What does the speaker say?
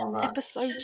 episode